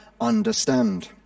understand